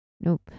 Nope